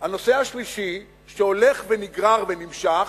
הנושא השלישי שהולך ונגרר ונמשך,